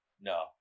No